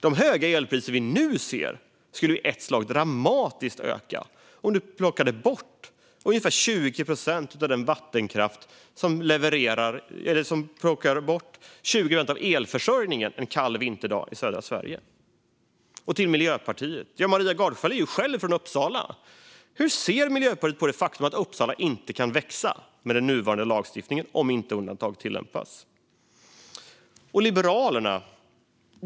De höga elpriser vi nu ser skulle ju i ett slag dramatiskt öka om vi plockade bort ungefär 20 procent av elförsörjningen en kall vinterdag i södra Sverige. Till Miljöpartiet: Maria Gardfjell är ju själv från Uppsala. Hur ser Miljöpartiet på det faktum att Uppsala inte kan växa med den nuvarande lagstiftningen om inte undantag tillämpas?